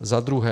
Za druhé.